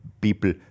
people